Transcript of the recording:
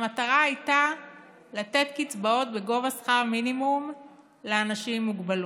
המטרה הייתה לתת קצבאות בגובה שכר מינימום לאנשים עם מוגבלות.